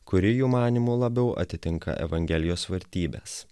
kuri jų manymu labiau atitinka evangelijos vertybes